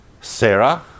Sarah